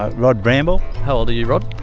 ah rod bramble. how old you, rod?